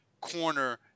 corner